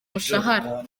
umushahara